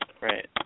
Right